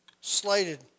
slighted